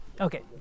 okay